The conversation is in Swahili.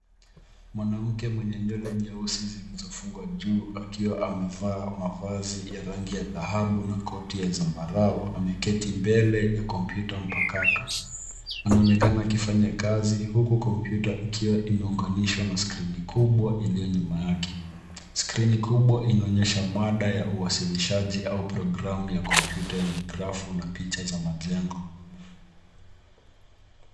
Mwanamke mwenye nywele nyeusi zilizofugwa juu akiwa amevaa mavazi ya rangi ya dhahabu na koti ya zambarau ameketi mbele ya komputa mpakato anaonekana akifanya kazi huku komputa ikiwa imeuganishwa na skrini kubwa iliyo nyuma yake .Skrini kubwa inaonyesha mada ya uwasilishaji au programu ya komputa yenye grafu na picha za majengo.